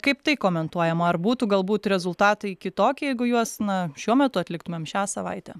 kaip tai komentuojama ar būtų galbūt rezultatai kitokie jeigu juos na šiuo metu atliktumėm šią savaitę